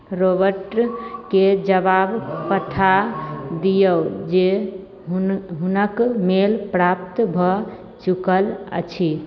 Robert के जवाब पठा दिऔ जे हुनक मेल प्राप्त भऽ चुकल अछि